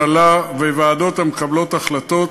הנהלה וועדות המקבלות החלטות,